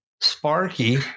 Sparky